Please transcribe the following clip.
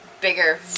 bigger